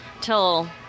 till